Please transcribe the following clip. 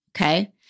Okay